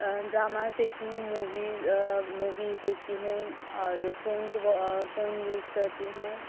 dramas دیکھتی ہوں movies movies دیکھتی ہوں اور فون کو فون یوز کرتی ہوں